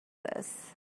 this